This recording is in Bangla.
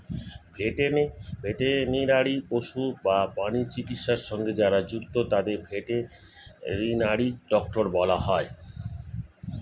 ভেটেরিনারি বা পশু প্রাণী চিকিৎসা সঙ্গে যারা যুক্ত তাদের ভেটেরিনারি ডক্টর বলা হয়